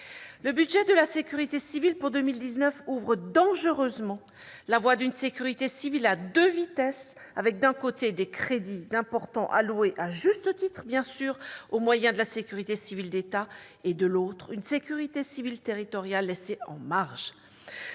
Le budget de la sécurité civile pour 2019 ouvre dangereusement la voie à une sécurité civile à deux vitesses avec, d'un côté, des crédits importants alloués, à juste titre, aux moyens de la sécurité civile d'État, et, de l'autre, une sécurité civile territoriale laissée en marge.